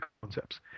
concepts